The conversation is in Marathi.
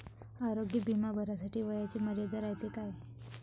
आरोग्य बिमा भरासाठी वयाची मर्यादा रायते काय?